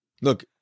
look